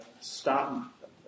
stop